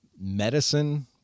medicine